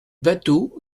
bâteau